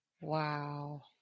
Wow